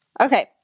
Okay